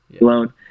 alone